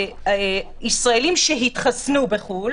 ישראלים שהתחסנו בחו"ל,